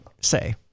say